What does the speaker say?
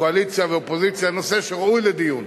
קואליציה ואופוזיציה, נושא שראוי לדיון.